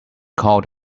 called